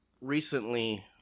recently